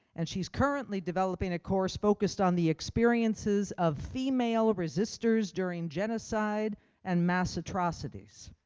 and, she's currently developing a course focused on the experiences of female resistors during genocide and mass atrocities.